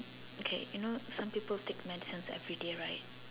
okay you know some people take medicine everyday right